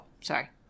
sorry